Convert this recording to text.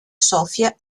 sofia